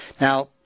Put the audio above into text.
now